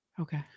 Okay